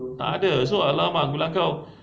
tak ada so alarm ah aku bilang kau